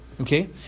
okay